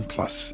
Plus